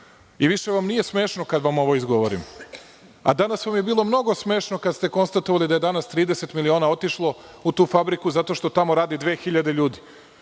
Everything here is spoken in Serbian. Više vam nije smešno kada vam ovo izgovorim, a danas vam je bilo mnogo smešno kada ste konstatovali da je danas 30 miliona otišlo u tu fabriku zato što tamo radi 2000 ljudi